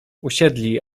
usiedli